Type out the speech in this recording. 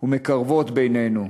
ומקרבות בינינו.